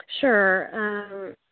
Sure